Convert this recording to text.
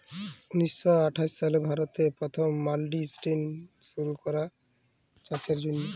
উনিশ শ আঠাশ সালে ভারতে পথম মাল্ডি সিস্টেম শুরু ক্যরা চাষের জ্যনহে